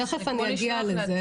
תיכף אני אגיע לזה.